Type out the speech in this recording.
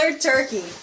turkey